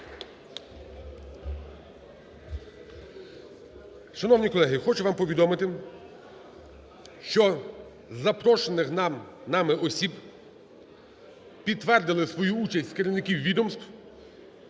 Шановні колеги, хочу вам повідомити, що із запрошених нами осіб підтвердили свою участь керівники відомств: